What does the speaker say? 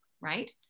right